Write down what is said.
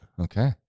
okay